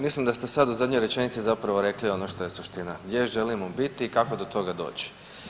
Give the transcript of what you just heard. Mislim da ste sada u zadnjoj rečenici zapravo rekli ono što je suština, gdje želimo biti i kako do toga doći.